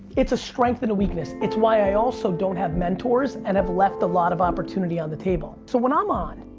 it's a strength and a weakness. it's why i also don't have mentors, and i've left a lot of opportunity on the table. so when i'm on,